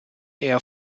air